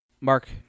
Mark